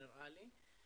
נראה לי,